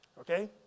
okay